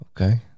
okay